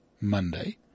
Monday